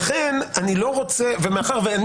לומר לך בכנות,